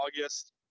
August